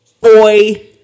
boy